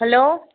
hello